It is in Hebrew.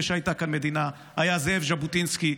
שהייתה כאן מדינה היה זאב ז'בוטינסקי.